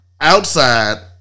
outside